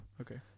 okay